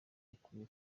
ukwiye